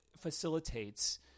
facilitates